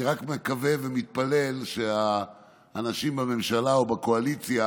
אני רק מקווה ומתפלל שהאנשים בממשלה ובקואליציה